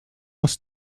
muss